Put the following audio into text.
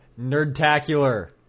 Nerdtacular